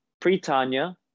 pre-Tanya